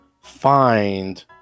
find